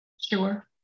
Sure